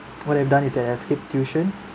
what I've done is that I skip tuition